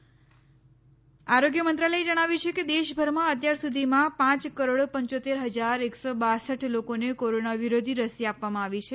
રસીકરણ આરોગ્ય મંત્રાલયે જણાવ્યું છે કે દેશભરમાં અત્યાર સુધીમાં પાંચ કરોડ પંચોત્તેર હજાર એકસો બાસઠ લોકોને કોરોના વિરોધી રસી આપવામાં આવી છે